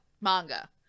manga